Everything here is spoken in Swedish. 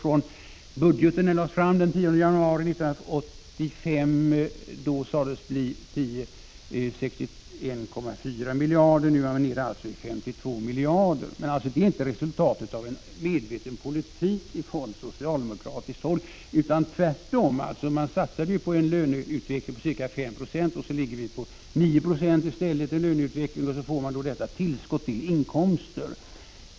När budgeten lades fram den 10 januari 1985 sades det bli 61,4 miljarder, och nu är man nere i 52 miljarder — men det är alltså inte resultatet av en medveten politik från socialdemokratiskt håll. Tvärtom: man satsade på en löneutveckling på ca 5 Je, och så ligger vi på 9 9 i stället. Därför får staten detta tillskott i inkomsterna.